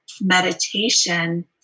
meditation